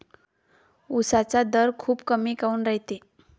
उसाचा दर खूप कमी काऊन रायते?